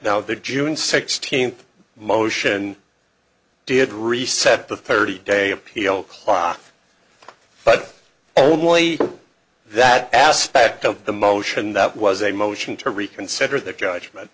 now the june sixteenth motion did reset the thirty day appeal clock but only that aspect of the motion that was a motion to reconsider their judgment